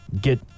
get